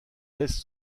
laisse